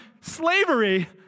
slavery